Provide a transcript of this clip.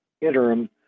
interim